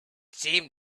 seemed